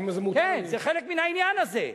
אם זה, כן, זה חלק מן העניין הזה.